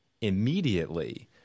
immediately